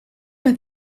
met